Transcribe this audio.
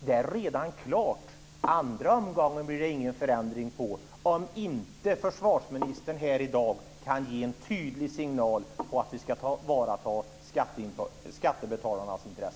Det är redan klart, och det blir ingen förändring av det om inte försvarsministern här i dag kan ge en tydlig signal om att vi ska tillvarata skattebetalarnas intressen.